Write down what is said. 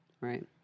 Right